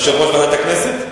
יושב-ראש ועדת הכנסת.